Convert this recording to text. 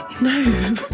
No